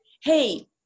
Hey